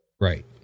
Right